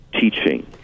teaching